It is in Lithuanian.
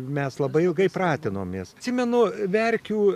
mes labai ilgai pratinomės atsimenu verkių